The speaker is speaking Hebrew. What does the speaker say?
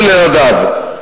של ילדיו.